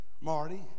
Marty